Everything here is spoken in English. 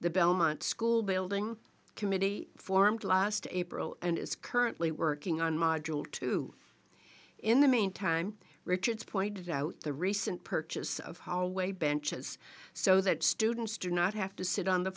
the belmont school building committee formed last april and is currently working on module two in the meantime richards pointed out the recent purchase of holloway benches so that students do not have to sit on the